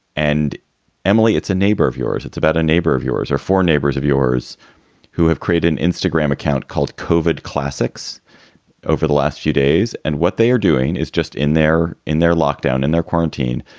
and emily, it's a neighbor of yours. it's about a neighbor of yours or four neighbors of yours who have create an instagram account called covered classics over the last few days. and what they are doing is just in there, in their lockdown, in their quarantine.